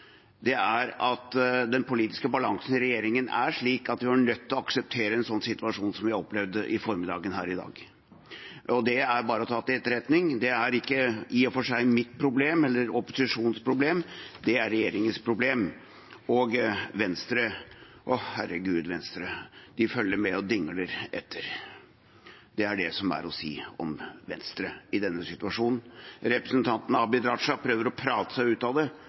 måte, nemlig at den politiske balansen i regjeringen er slik at de var nødt til å akseptere en sånn situasjon som vi opplevde her i formiddag. Det er bare å ta til etterretning. Dette er i og for seg ikke mitt problem, eller opposisjonens problem, det er regjeringens problem – og, herregud, Venstre, følger med og dingler etter. Det er det som er å si om Venstre i denne situasjonen. Representanten Abid Q. Raja prøver å prate seg ut av det,